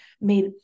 made